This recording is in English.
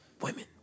women